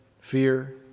fear